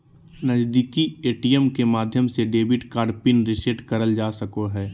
नजीदीकि ए.टी.एम के माध्यम से डेबिट कार्ड पिन रीसेट करल जा सको हय